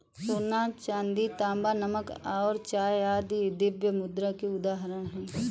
सोना, चांदी, तांबा, नमक और चाय आदि द्रव्य मुद्रा की उदाहरण हैं